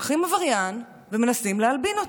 לוקחים עבריין ומנסים להלבין אותו.